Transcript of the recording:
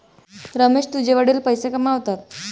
रमेश तुझे वडील पैसे कसे कमावतात?